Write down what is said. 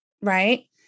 right